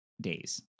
days